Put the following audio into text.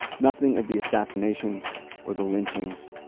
nothing of the assassinations or the lynchings.